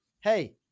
hey